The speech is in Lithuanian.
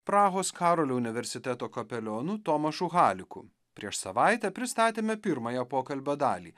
prahos karolio universiteto kapelionu tomašu haliku prieš savaitę pristatėme pirmąją pokalbio dalį